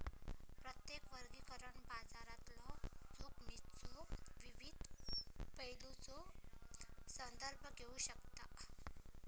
प्रत्येक वर्गीकरण बाजारातलो जोखमीच्यो विविध पैलूंचो संदर्भ घेऊ शकता